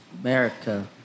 America